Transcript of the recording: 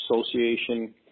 Association